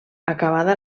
acabada